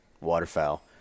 waterfowl